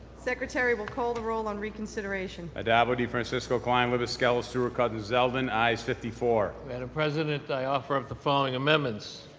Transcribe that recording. secretary will call the roll on reconsideration. addabbo, defrancisco, klein, libous, skelos, stewart-cousins, zeldin. ayes fifty four. madam president, i offer up the following amendments.